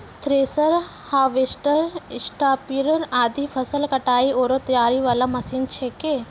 thresher, harvester, स्टारीपर आदि फसल कटाई आरो तैयारी वाला मशीन छेकै